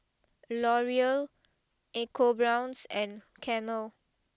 L Oreal ecoBrown's and Camel